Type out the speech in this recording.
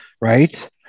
right